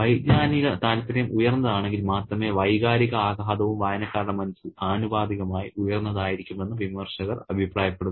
വൈജ്ഞാനിക താൽപ്പര്യം ഉയർന്നതാണെങ്കിൽ മാത്രമേ വൈകാരിക ആഘാതവും വായനക്കാരുടെ മനസ്സിൽ ആനുപാതികമായി ഉയർന്നതായിരിക്കുമെന്ന് വിമർശകർ അഭിപ്രായപ്പെടുന്നു